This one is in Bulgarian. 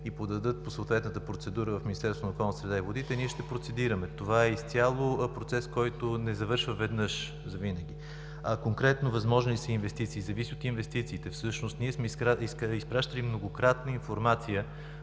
на околната среда и водите, ние ще процедираме. Това е изцяло процес, който не завършва веднъж завинаги. А конкретно, възможни ли са инвестиции? Зависи от инвестициите. Всъщност ние сме изпращали многократно информация